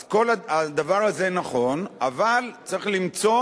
אז הדבר הזה נכון, אבל צריך למצוא